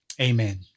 Amen